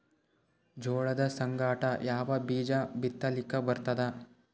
ಜೋಳದ ಸಂಗಾಟ ಯಾವ ಬೀಜಾ ಬಿತಲಿಕ್ಕ ಬರ್ತಾದ?